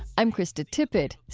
i'm krista tippett.